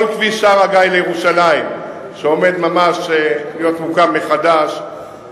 כל כביש שער-הגיא לירושלים שעומד ממש להיות מוקם מחדש,